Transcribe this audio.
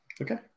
Okay